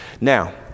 Now